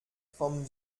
vom